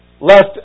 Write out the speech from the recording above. Left